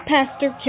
Pastor